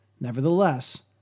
Nevertheless